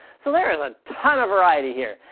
so there is a ton of variety here,